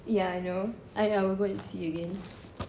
ya I know I will go and see again